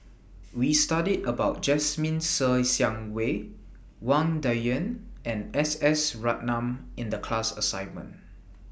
We studied about Jasmine Ser Xiang Wei Wang Dayuan and S S Ratnam in The class assignment